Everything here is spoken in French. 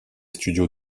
studios